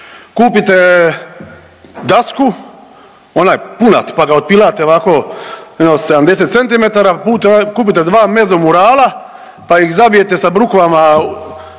kupite dasku, onaj punat, pa ga otpilate ovako jedno 70 cm, kupite dva mezumurala, pa ih zabijete sa brukvama